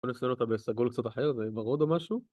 בוא נסתדר אותה בסגול קצת אחר, בוורוד או משהו?